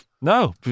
No